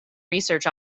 research